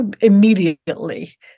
immediately